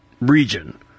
region